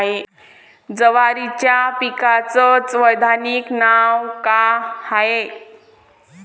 जवारीच्या पिकाचं वैधानिक नाव का हाये?